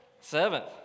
Seventh